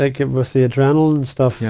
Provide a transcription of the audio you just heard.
think it was the adrenaline stuff, yeah